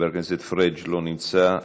חבר הכנסת פריג' לא נמצא,